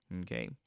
okay